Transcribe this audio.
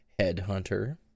Headhunter